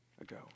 ago